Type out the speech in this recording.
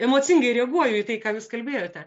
emocingai reaguoju į tai ką jūs kalbėjote